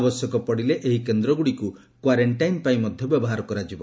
ଆବଶ୍ୟକ ପଡ଼ିଲେ ଏହି କେନ୍ଦ୍ରଗୁଡ଼ିକ୍ କ୍ପାରେଷ୍ଟାଇନ୍ ପାଇଁ ମଧ୍ୟ ବ୍ୟବହାର କରାଯିବ